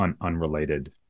unrelated